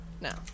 no